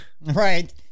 right